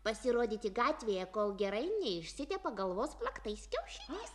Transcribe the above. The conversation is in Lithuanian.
pasirodyti gatvėje kol gerai neišsitepa galvos plaktais kiaušiniais